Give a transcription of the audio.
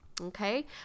Okay